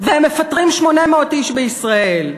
והם מפטרים 800 איש בישראל.